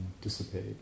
dissipate